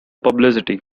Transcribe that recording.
publicity